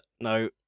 no